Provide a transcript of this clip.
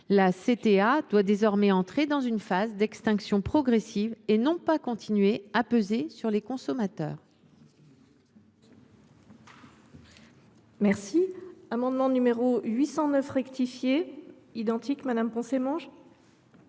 la CTA doit désormais entrer dans une phase d’extinction progressive et non pas continuer à peser sur les consommateurs.